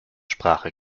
sprache